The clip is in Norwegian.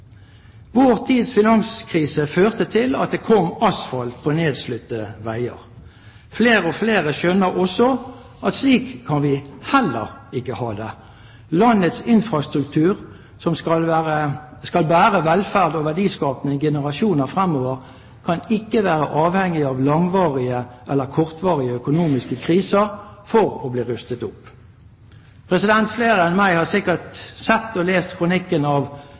Vår tids finanskrise førte til at det kom asfalt på nedslitte veier. Flere og flere skjønner at slik kan vi heller ikke ha det. Landets infrastruktur, som skal bære velferd og verdiskaping i generasjoner fremover, kan ikke være avhengig av langvarige eller kortvarige økonomiske kriser for å bli rustet opp. Flere enn meg har sikkert sett og lest kronikken av